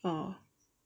hmm